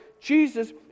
Jesus